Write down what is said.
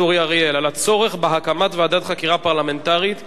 אורי אריאל על הצורך בהקמת ועדת חקירה פרלמנטרית בנושא: